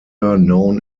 known